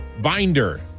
binder